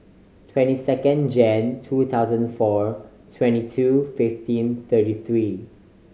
twenty second Jan two thousand four twenty two fifteen thirty three